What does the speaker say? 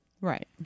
Right